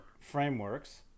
frameworks